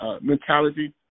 mentality